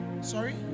sorry